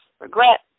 regret